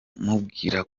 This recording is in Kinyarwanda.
mubwira